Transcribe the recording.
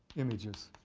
images